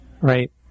Right